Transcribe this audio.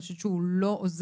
אני חושבת שהוא לא עוזר,